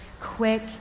quick